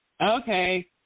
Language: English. Okay